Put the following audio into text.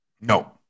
No